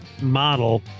model